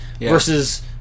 versus